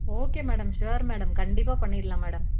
okay madam sure madam கண்டிப்பாக பண்ணிடலாம் madam